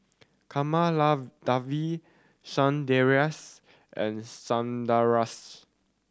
Kamaladevi Sundaresh and Sundaraiah